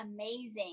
amazing